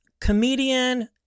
comedian